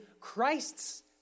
Christ's